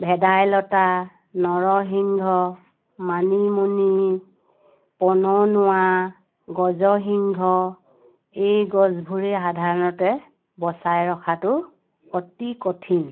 ভেদাইলতা নৰসিংহ মানিমুনি পনৌনোৱা গজসিংহ এই গছবোৰে সাধাৰণতে বচাই ৰখাতো অতি কঠিন